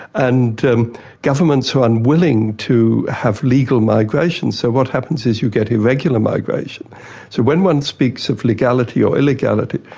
and governments are unwilling to have legal migration, so what happens is you get irregular migration. so when one speaks of legality or illegality,